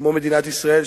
כמו מדינת ישראל,